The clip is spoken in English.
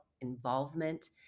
involvement